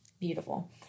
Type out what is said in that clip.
beautiful